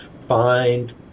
find